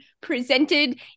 presented